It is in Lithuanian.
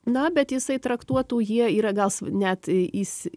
na bet jisai traktuotų jie yra gal net įsi